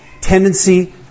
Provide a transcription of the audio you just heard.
tendency